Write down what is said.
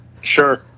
Sure